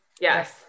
Yes